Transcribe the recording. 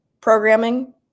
programming